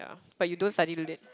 but you don't study today